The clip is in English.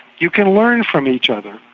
you can learn from each other.